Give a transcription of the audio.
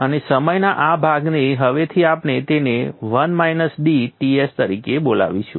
અને સમયના આ ભાગને હવેથી આપણે તેને Ts તરીકે બોલાવીશું